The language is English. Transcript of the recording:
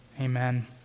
Amen